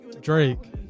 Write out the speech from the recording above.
Drake